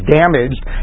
damaged